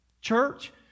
Church